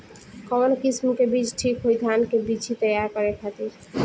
कवन किस्म के बीज ठीक होई धान के बिछी तैयार करे खातिर?